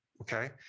okay